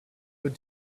put